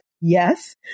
Yes